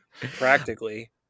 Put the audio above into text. Practically